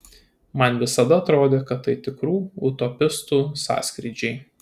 man visada atrodė kad tai tikrų utopistų sąskrydžiai